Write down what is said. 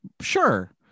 Sure